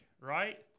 right